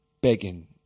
begging